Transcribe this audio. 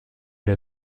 der